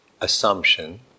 assumption